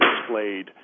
displayed